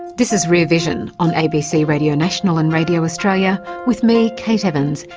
this is rear vision on abc radio national and radio australia with me, kate evans,